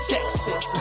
Texas